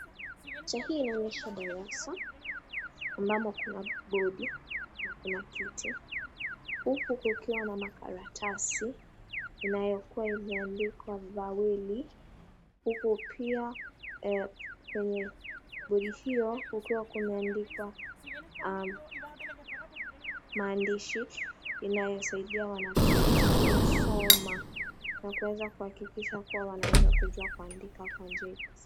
Hii inaonyesha darasa ambamo kuna bodi na kuna kiti. Huku kukiwa na makaratasi inayokuwa imeandikwa vaweli. Huku pia kwenye bodi hiyo kukiwa kumeandikwa maandishi inayosaidia wanafunzi kusoma na kuweza kuhakikisha kuwa wanaweza kujua kuandika kwa njia ipasayo.